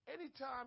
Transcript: Anytime